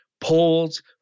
polls